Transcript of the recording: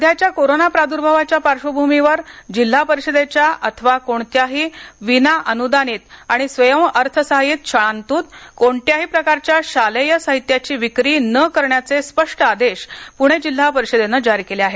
सध्याच्या कोरोना प्रादुर्भावाच्या पार्श्वभूमीवर जिल्हा परिषदेच्या अथवा कोणत्याही विनाअनुदानित आणि स्वयंअर्थसहाय्यित शाळांतून कोणत्याही प्रकारच्या शालेय साहित्याची विक्री न करण्याचे स्पष्ट आदेश पुणे जिल्हा परिषदेनं जारी केले आहेत